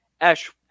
ash